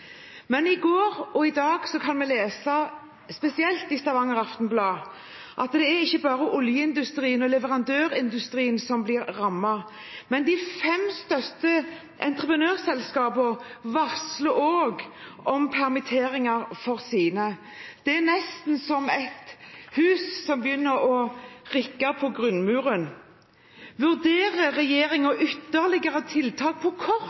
Men i går og i dag kunne vi lese, spesielt i Stavanger Aftenblad, at det er ikke bare oljeindustrien og leverandørindustrien som blir rammet, også de fem største entreprenørselskapene varsler om permitteringer for sine. Det er nesten som et hus som begynner å rikke på grunnmuren. Vurderer regjeringen innen de neste månedene og det neste året ytterligere tiltak på kort